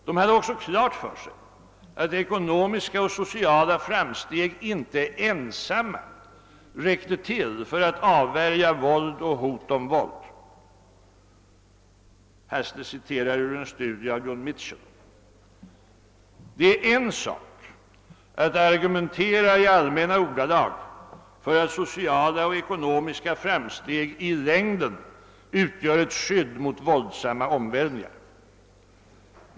De hade också klart för sig att ekonomiska och sociala framsteg inte ensamma räckte till för att avvärja våld och hot om våld. Haseler citerar ur en studie av Joan Mitchell: »Det är en sak att argumentera i allmänna ordalag för att sociala och ekonomiska framsteg i längden utgör ett skydd mot våldsamma omvälvningar.